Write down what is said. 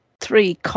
three